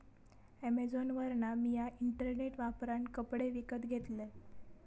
अॅमेझॉनवरना मिया इंटरनेट वापरान कपडे विकत घेतलंय